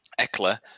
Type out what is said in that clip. Eckler